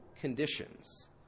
conditions